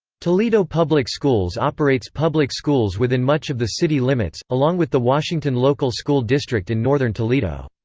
toledo public schools operates public schools within much of the city limits, along with the washington local school district in northern toledo.